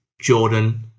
Jordan